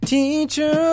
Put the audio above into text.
Teacher